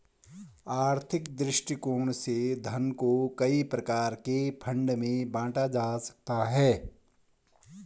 आर्थिक दृष्टिकोण से धन को कई प्रकार के फंड में बांटा जा सकता है